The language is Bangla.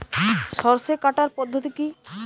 সরষে কাটার পদ্ধতি কি?